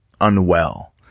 unwell